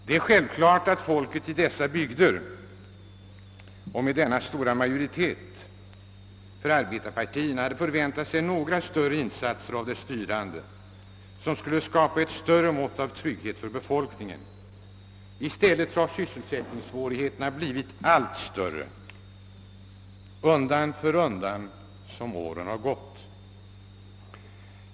Det är självklart att folket där med denna stora majoritet för arbetarpartierna väntat sig några betydelsefullare insatser av de styrande som skulle skapa ett större mått av trygghet. I stället har sysselsättningssvårigheterna undan för undan ökat.